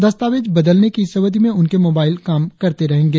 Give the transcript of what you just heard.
दस्तावेज बदलने की इस अवधि में उनके मोबाइल काम करते रहेंगे